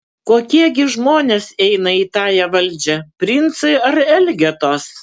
kokie gi žmonės eina į tąją valdžią princai ar elgetos